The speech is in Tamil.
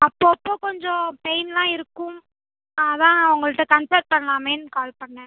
அப்பப்போ கொஞ்சம் பெயின்லாம் இருக்கும் அதான் உங்கள்கிட்ட கன்சல் பண்ணலாமேனு கால் பண்ணேன்